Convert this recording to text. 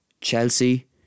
Chelsea